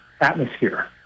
atmosphere